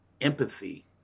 empathy